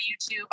YouTube